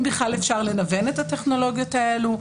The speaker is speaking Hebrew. בכלל אפשר לנוון את הטכנולוגיות האלו?